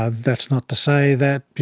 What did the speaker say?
ah that's not to say that, you